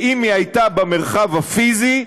שאם היא הייתה במרחב הפיזי,